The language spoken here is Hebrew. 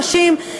הנשים,